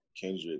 Kendrick